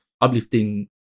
uplifting